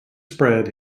spread